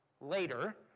later